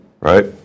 right